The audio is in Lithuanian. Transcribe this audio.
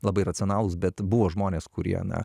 labai racionalūs bet buvo žmonės kurie na